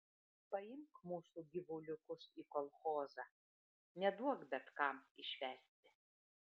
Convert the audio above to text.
paimk mūsų gyvuliukus į kolchozą neduok bet kam išvesti